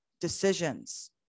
decisions